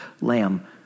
lamb